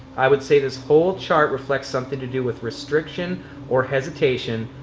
i would say this whole chart reflects something to do with restriction or hesitation,